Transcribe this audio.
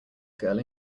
girl